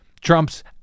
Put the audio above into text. Trump's